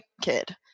kid